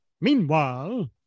Meanwhile